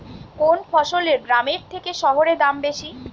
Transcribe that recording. কোন ফসলের গ্রামের থেকে শহরে দাম বেশি?